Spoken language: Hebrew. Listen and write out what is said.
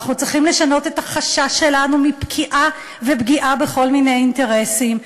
אנחנו צריכים לשנות את החשש שלנו מפקיעה ופגיעה בכל מיני אינטרסים.